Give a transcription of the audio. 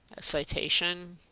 citation,